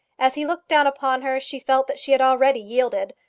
as he looked down upon her, she felt that she had already yielded,